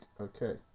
okay